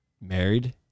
married